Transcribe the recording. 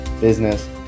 business